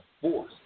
force